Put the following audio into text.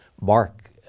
mark